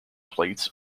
plates